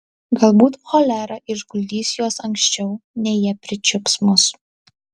galbūt cholera išguldys juos anksčiau nei jie pričiups mus